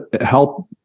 help